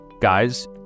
guys